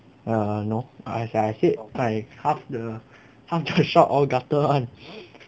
err no as I say right half the half the shop all gutter [one]